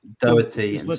Doherty